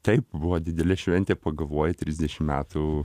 taip buvo didelė šventė pagalvoji trisdešim metų